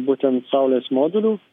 būtent saulės modulių